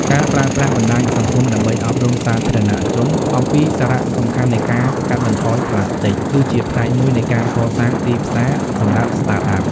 ការប្រើប្រាស់បណ្ដាញសង្គមដើម្បីអប់រំសាធារណជនអំពីសារៈសំខាន់នៃការកាត់បន្ថយប្លាស្ទិក គឺជាផ្នែកមួយនៃការកសាងទីផ្សារសម្រាប់ Startup។